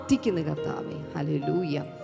Hallelujah